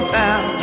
town